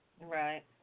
Right